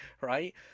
right